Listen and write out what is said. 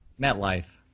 MetLife